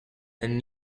and